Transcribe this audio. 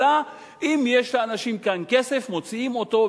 אלא אם יש לאנשים כאן כסף הם מוציאים אותו,